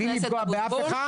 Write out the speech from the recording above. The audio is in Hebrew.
בלי לפגוע באף אחד,